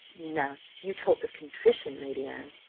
now you talk of contrition, lady anne,